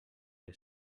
que